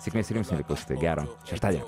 sėkmės ir jums mieli klausytojai gero šeštadienio